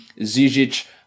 Zizic